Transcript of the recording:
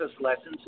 lessons